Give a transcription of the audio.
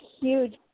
huge